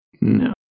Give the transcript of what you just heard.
No